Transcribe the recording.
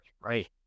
Right